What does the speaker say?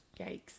Yikes